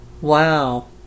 Wow